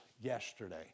yesterday